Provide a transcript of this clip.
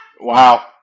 Wow